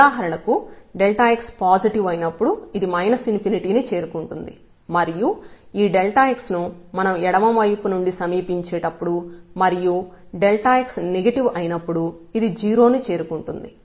ఉదాహరణకు xపాజిటివ్ అయినప్పుడు ఇది ని చేరుకుంటుంది మరియు ఈ x ను మనం ఎడమవైపు నుండి సమీపించేటప్పుడు మరియు x నెగిటివ్ అయినప్పుడు ఇది 0 ని చేరుకుంటుంది